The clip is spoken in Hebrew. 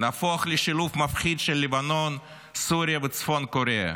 נהפוך לשילוב מפחיד של לבנון, סוריה וצפון קוריאה.